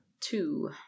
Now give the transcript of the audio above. Two